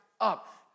up